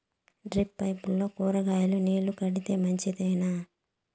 Drip పైపుల్లో కూరగాయలు నీళ్లు కడితే మంచిదేనా?